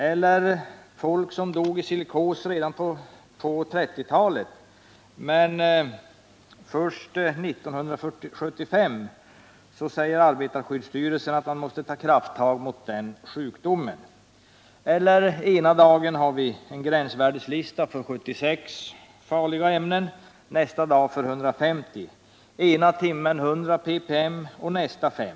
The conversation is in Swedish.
Vidare: Folk dog i silikos redan på 1930-talet, men först 1975 uttalade arbetarskyddsstyrelsen att man måste ta krafttag mot den sjukdomen. Ena dagen har vi en gränsvärdeslista som upptar 76 farliga ämnen, och nästa dag upptar den 150. Ena timmen är det 100 ppmi gränsvärde och nästa 5.